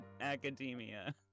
academia